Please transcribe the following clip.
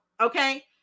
okay